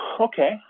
Okay